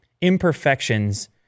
imperfections